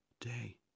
day